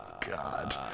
God